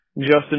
Justin